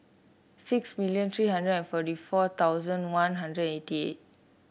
six million three hundred and forty four thousand One Hundred eighty eight